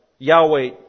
Yahweh